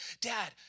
dad